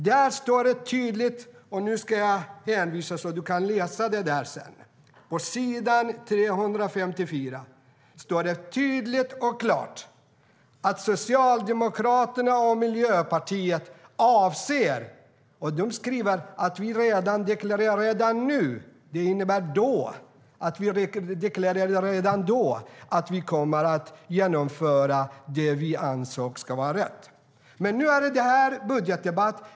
Det står tydligt och klart, och du kan läsa det sedan på s. 354, att Socialdemokraterna och Miljöpartiet avser - de skriver att vi deklarerade det redan då - att genomföra det vi anser vara rätt. Men nu är det här en budgetdebatt.